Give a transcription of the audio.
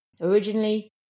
Originally